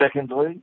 Secondly